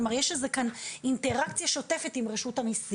כלומר יש איזו אינטראקציה שוטפת עם רשות המיסים,